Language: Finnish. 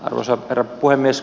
arvoisa herra puhemies